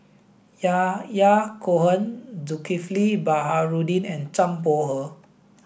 Yahya Cohen Zulkifli Baharudin and Zhang Bohe